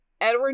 Edward